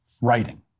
writing